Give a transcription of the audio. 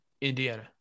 Indiana